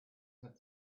had